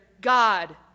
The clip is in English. God